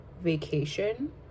vacation